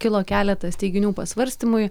kilo keletas teiginių pasvarstymui